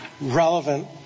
relevant